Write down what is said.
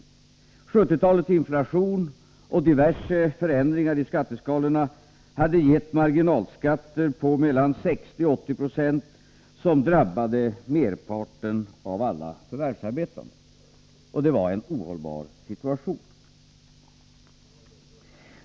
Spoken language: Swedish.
1970-talets inflation och diverse förändringar i skatteskalorna hade gett marginalskatter på mellan 60 och 80 26 som drabbade merparten av alla förvärvsarbetande, och detta var en ohållbar situation.